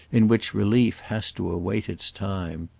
in which relief has to await its time.